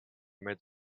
made